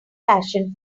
passion